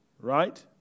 Right